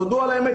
תודו על האמת.